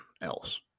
else